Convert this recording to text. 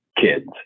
kids